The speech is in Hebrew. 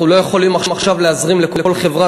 אנחנו לא יכולים עכשיו להזרים לכל חברה